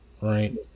Right